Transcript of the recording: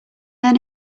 then